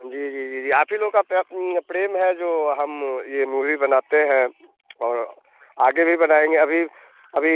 जी जी जी जी आप ही लोगों का प्या प्रेम है जो हम ये मूवी बनाते हैं और आगे भी बनाएँगे अभी अभी